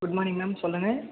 good morning ma'am சொல்லுங்க